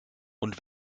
und